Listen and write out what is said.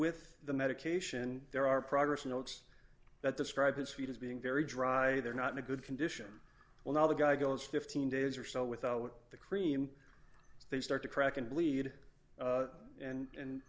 with the medication there are progress notes that describe his feet as being very dry they're not in a good condition well now the guy goes fifteen days or so without the cream they start to crack and bleed and